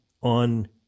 on